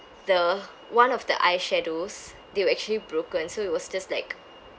the one of the eyeshadows they were actually broken so it was just like